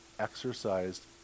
exercised